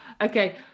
Okay